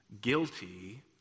guilty